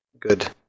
good